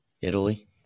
Italy